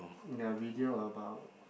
the video about